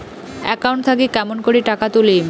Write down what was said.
Account থাকি কেমন করি টাকা তুলিম?